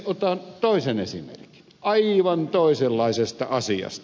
otan toisen esimerkin aivan toisenlaisesta asiasta